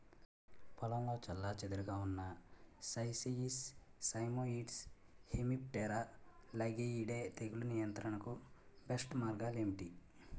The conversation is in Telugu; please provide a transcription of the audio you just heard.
పొలంలో చెల్లాచెదురుగా ఉన్న నైసియస్ సైమోయిడ్స్ హెమిప్టెరా లైగేయిడే తెగులు నియంత్రణకు బెస్ట్ మార్గాలు ఏమిటి?